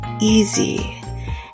easy